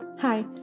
Hi